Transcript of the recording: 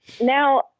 now